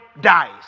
dies